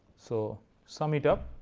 so, sum it up